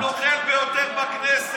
אני מודה לחבר הכנסת אמסלם,